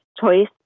choice